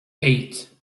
eight